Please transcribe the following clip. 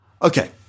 Okay